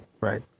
right